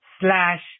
slash